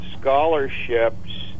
scholarships